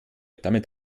damit